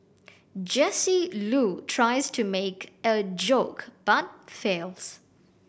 Jesse Loo tries to make a joke but fails